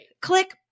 Click